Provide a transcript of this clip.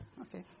Okay